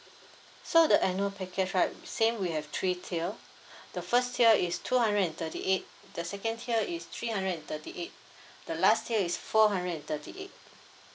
so the annual package right same we have three tier the first tier is two hundred and thirty eight the second tier is three hundred and thirty eight the last tier is four hundred and thirty eight